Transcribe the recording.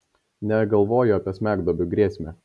negalvojo apie smegduobių grėsmę